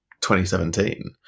2017